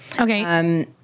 Okay